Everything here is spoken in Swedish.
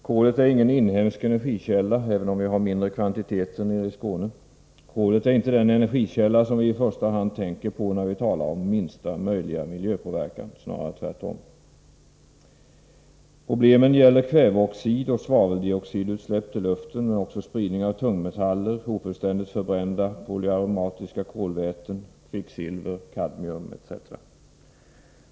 Kolet är ingen inhemsk energikälla, även om vi har mindre kvantiteter nere i Skåne. Kolet är inte den energikälla som vi i första hand tänker på när vi talar om minsta möjliga miljöpåverkan — snarare tvärtom. Problemen gäller kväveoxidoch svaveldioxidutsläpp till luften, men också spridning av tungmetaller, ofullständigt förbrända polyaromatiska kolväten, kvicksilver, kadmium etc.